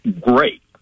great